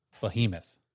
Behemoth